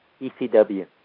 ECW